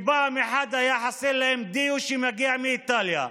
כי פעם אחת היה חסר להם דיו שמגיע מאיטליה,